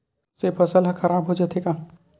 से फसल ह खराब हो जाथे का?